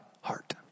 heart